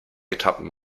etappen